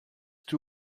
two